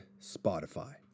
Spotify